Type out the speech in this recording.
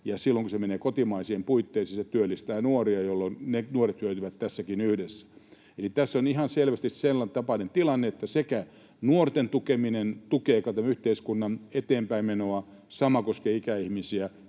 ja silloin kun se menee kotimaisiin puitteisiin, se työllistää nuoria, jolloin ne nuoret hyötyvät tässäkin yhteydessä. Eli tässä on ihan selvästi sen tapainen tilanne, että nuorten tukeminen tukee yhteiskunnan eteenpäinmenoa, ja sama koskee ikäihmisiä,